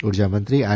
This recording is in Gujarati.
ઉર્જા મંત્રી આર